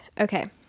Okay